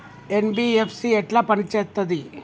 NBFC ఎట్ల పని చేత్తది?